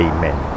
Amen